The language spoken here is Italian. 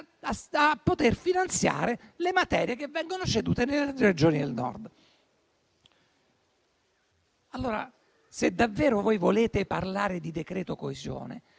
andrà a finanziare le materie che vengono cedute alle Regioni del Nord. Allora, se davvero volete parlare di decreto coesione,